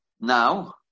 Now